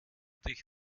dich